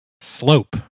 slope